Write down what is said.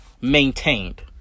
maintained